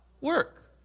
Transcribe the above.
Work